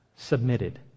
Submitted